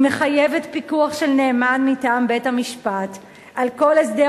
היא מחייבת פיקוח של נאמן מטעם בית-המשפט על כל הסדר